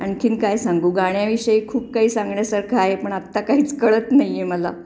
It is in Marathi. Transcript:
आणखी काय सांगू गाण्याविषयी खूप काही सांगण्यासारखं आहेपण आत्ता काहीच कळत नाही आहे मला